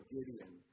Gideon